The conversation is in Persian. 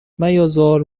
میازار